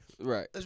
Right